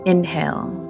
Inhale